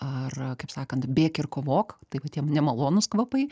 ar kaip sakant bėk ir kovok taip pat tie nemalonūs kvapai